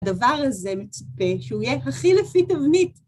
הדבר הזה מצפה שהוא יהיה הכי לפי תבנית.